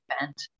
event